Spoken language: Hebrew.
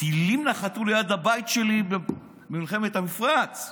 טילים נחתו ליד הבית שלי במלחמת המפרץ,